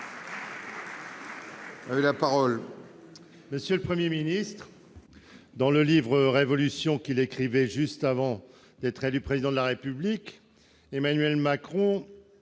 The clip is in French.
Monsieur le Premier ministre, dans le livre, qu'il a publié juste avant d'être élu Président de la République, Emmanuel Macron